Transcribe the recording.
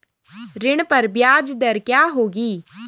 ऋण पर ब्याज दर क्या होगी?